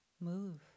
move